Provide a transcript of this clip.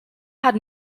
had